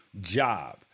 job